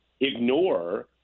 ignore